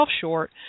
short